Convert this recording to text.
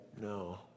no